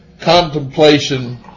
contemplation